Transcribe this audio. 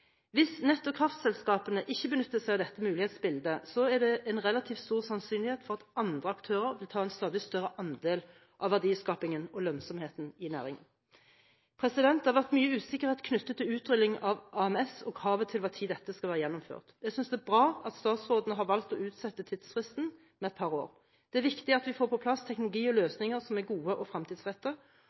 Hvis nett- og kraftselskapene ikke benytter seg av dette mulighetsbildet, så er det en relativt stor sannsynlighet for at andre aktører vil ta en stadig større andel av verdiskapingen og lønnsomheten i næringen. Det har vært mye usikkerhet knyttet til utrulling av AMS og kravet til når dette skal være gjennomført. Jeg synes det er bra at statsråden har valgt å utsette tidsfristen med et par år. Det er viktig at vi får på plass teknologi og løsninger som er gode og